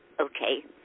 Okay